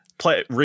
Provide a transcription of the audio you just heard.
play